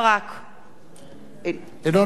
אינו נוכח אילן גילאון,